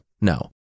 no